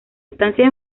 estancia